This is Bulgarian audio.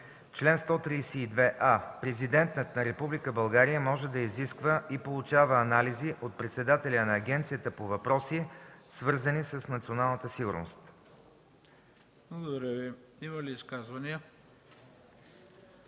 „Чл. 132а. Президентът на Република България може да изисква и получава анализи от председателя на Агенцията по въпроси, свързани с националната сигурност.”